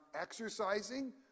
exercising